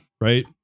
right